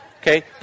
Okay